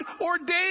ordained